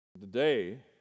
Today